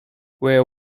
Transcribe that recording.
where